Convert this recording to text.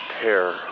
pair